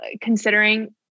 considering